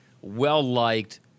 well-liked